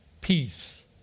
peace